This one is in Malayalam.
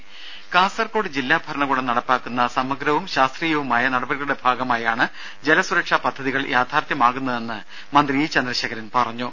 രും കാസർക്കോട് ജില്ലാ ഭരണകൂടം നടപ്പാക്കുന്ന സമഗ്രവും ശാസ്ത്രീയവുമായ നടപടികളുടെ ഭാഗമായാണ് ജല സുരക്ഷാ പദ്ധതികൾ യാഥാർഥ്യമാകുന്നതെന്ന് മന്ത്രി ഇ ചന്ദ്രശേഖരൻ പറഞ്ഞു